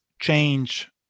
change